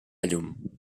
llum